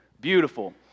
beautiful